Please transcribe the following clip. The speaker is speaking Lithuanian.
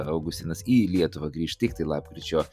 augustinas į lietuvą grįš tiktai lapkričio